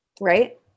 Right